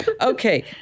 Okay